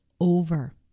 over